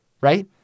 right